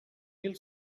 mil